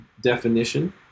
definition